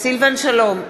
סילבן שלום,